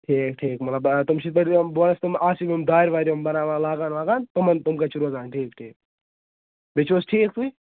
ٹھیٖک ٹھیٖک مطلب آ تِم چھِنہٕ تتہِ یِم آسان دارِ وارِ یِم بَناوان لَگان واگان تِمَن تِم کَتہِ چھِ روزان ٹھیٖک ٹھیٖک بیٚیہِ چھِو حظ ٹھیٖک پٲٹھۍ